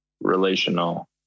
relational